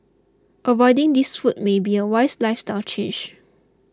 avoiding these foods may be a wise lifestyle change